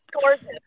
Gorgeous